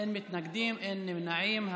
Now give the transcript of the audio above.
אין מתנגדים ואין נמנעים.